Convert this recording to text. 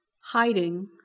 Hiding